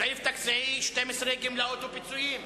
סעיף 10, מועצה הלאומית לביטחון,